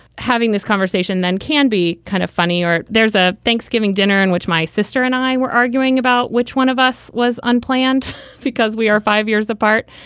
having this conversation then can be kind of funny or there's a thanksgiving dinner in which my sister and i were arguing about which one of us was unplanned because we are five years apart.